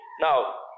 Now